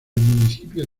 municipio